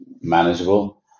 manageable